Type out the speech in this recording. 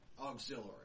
auxiliary